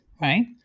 right